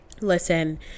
listen